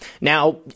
Now